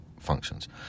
functions